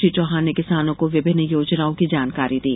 श्री चौहान ने किसानों को विभिन्न योजनाओं की जानकारी दी